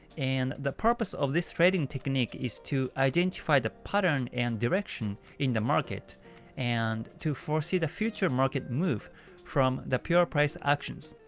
and the purpose of this trading technique is to identify the pattern and direction in the market and to foresee the future market move from the pure price actions.